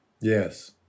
Yes